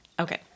Okay